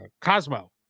Cosmo